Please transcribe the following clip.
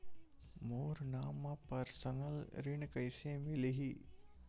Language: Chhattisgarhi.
मोर नाम म परसनल ऋण कइसे मिलही?